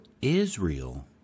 Israel